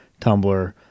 Tumblr